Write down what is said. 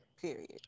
Period